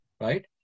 right